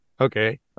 Okay